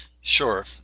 sure